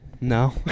No